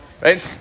right